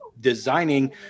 designing